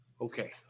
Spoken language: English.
Okay